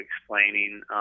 explaining